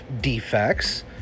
defects